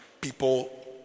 people